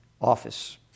office